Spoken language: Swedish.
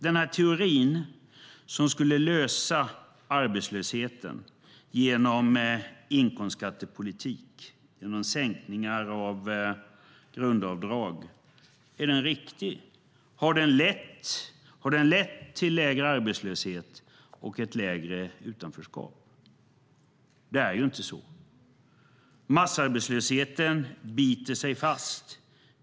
Den teori som skulle lösa arbetslösheten genom inkomstskattepolitik, genom sänkningar av grundavdrag, är den riktig? Har den lett till lägre arbetslöshet och lägre utanförskap? Det är inte så. Massarbetslösheten biter sig fast.